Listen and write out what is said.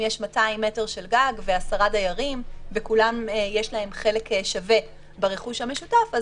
אם יש 200 מטר של גג ועשרה דיירים ולכולם יש חלק שווה ברכוש המשותף,